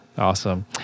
Awesome